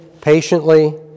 patiently